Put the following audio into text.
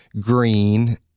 green